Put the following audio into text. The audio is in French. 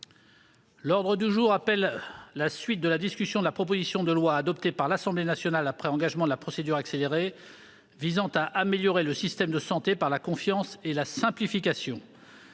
L'ordre du jour appelle la suite de la discussion de la proposition de loi, adoptée par l'Assemblée nationale après engagement de la procédure accélérée, visant à améliorer le système de santé par la confiance et la simplification